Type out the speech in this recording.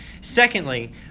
Secondly